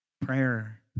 Prayer